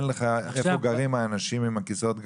לך בדיוק איפה גרים האנשים עם כיסאות הגלגלים,